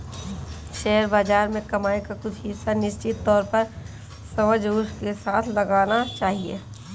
share बाज़ार में कमाई का कुछ हिस्सा निश्चित तौर पर समझबूझ के साथ लगाना चहिये